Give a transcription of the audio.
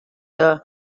the